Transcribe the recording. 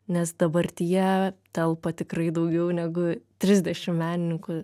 nes dabartyje telpa tikrai daugiau negu trisdešimt menininkų